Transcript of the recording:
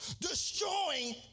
destroying